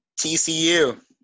TCU